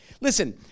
Listen